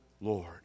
Lord